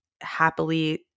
happily